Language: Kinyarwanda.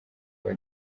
rwa